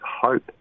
hope